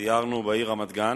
סיירנו בעיר רמת-גן,